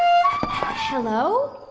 hello?